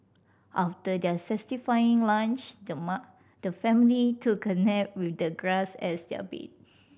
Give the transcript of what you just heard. after their satisfying lunch the the family took a nap with the grass as their bed